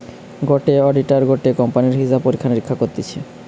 গটে অডিটার গটে কোম্পানির হিসাব পরীক্ষা নিরীক্ষা করতিছে